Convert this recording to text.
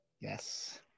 Yes